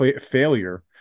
failure